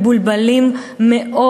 מבולבלים מאוד.